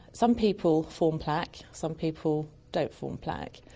some people form plaque, some people don't form plaque.